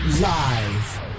Live